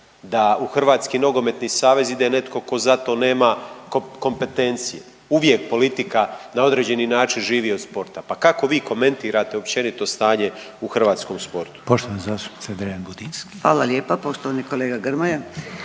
da u Hrvatski nogometni savez ide netko ko za to nema kompetencije, uvijek politika na određeni način živi od sporta, pa kako vi komentirate općenito stanje u hrvatskom sportu?